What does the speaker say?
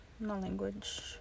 language